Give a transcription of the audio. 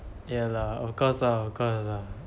ya lah of course lah of course ah